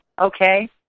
okay